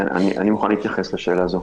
אני מוכן להתייחס לשאלה זו.